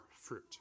fruit